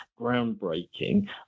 groundbreaking